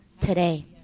today